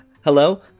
Hello